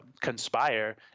conspire